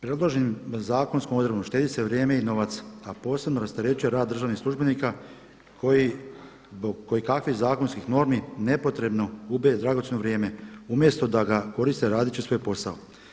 Predloženom zakonskom odredbom štedi se vrijeme i novac, a posebno rasterećuje rad državnih službenika koji zbog kojekakvih zakonskih normi nepotrebno gube dragocjeno vrijeme umjesto da ga koriste radeći svoj posao.